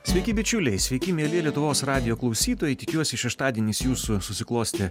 sveiki bičiuliai sveiki mieli lietuvos radijo klausytojai tikiuosi šeštadienis jūsų susiklostė